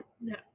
No